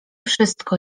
wszystko